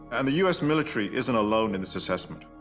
and the u s. military isn't alone in this assessment.